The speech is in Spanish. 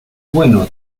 bueno